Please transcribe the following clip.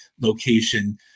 location